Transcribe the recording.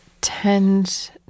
tend